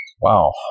Wow